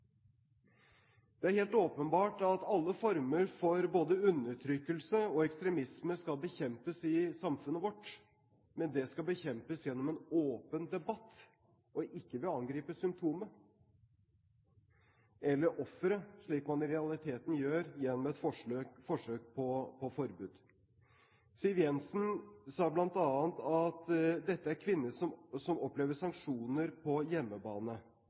Det er helt åpenbart at alle former for både undertrykkelse og ekstremisme skal bekjempes i samfunnet vårt, men det skal bekjempes gjennom en åpen debatt og ikke ved å angripe symptomene eller offeret, slik man i realiteten gjør gjennom et forsøk på forbud. Siv Jensen sa bl.a. at dette er kvinner som opplever sanksjoner på hjemmebane.